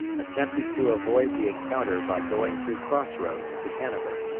attempted to avoid the encounter by going through cross roads to hanover.